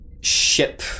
ship